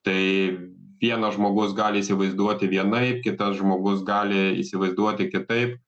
tai vienas žmogus gali įsivaizduoti vienaip kitas žmogus gali įsivaizduoti kitaip